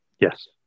Yes